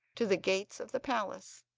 to the gates of the palace.